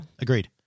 agreed